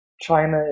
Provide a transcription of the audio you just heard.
China